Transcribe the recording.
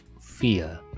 fear